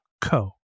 co